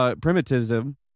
primitivism